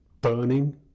burning